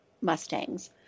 mustangs